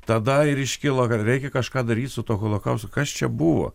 tada ir iškilo kad reikia kažką daryt su tuo holokausto kas čia buvo